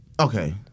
Okay